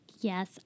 Yes